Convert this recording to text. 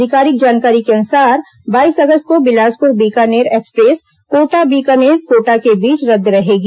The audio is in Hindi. अधिकारिक जानकारी के अनुसार बाईस अगस्त को बिलासपुर बीकानेर एक्सप्रेस कोटा बीकानेर कोटा के बीच रद्द रहेगी